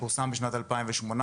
פורסם בשנת 2018,